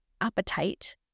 appetite